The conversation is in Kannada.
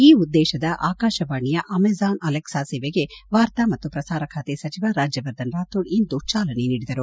ಈ ಉದ್ದೇಶದ ಆಕಾಶವಾಣಿಯ ಅಮೆಜಾನ್ ಅಲೆಕ್ಸಾ ಸೇವೆಗೆ ವಾರ್ತಾ ಮತ್ತು ಪ್ರಸಾರ ಖಾತೆ ಸಚಿವ ರಾಜ್ಯವರ್ಧನ್ ರಾಥೋಡ್ ಇಂದು ಚಾಲನೆ ನೀಡಿದರು